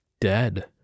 dead